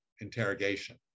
interrogation